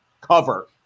cover